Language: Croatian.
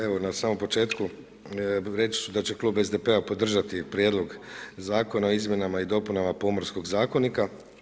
Evo na samom početku reći ću da će klub SDP-a podržati Prijedlog zakona o izmjenama i dopunama Pomorskog zakonika.